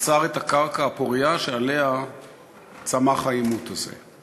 יצרו את הקרקע הפורייה שעליה צמח העימות הזה.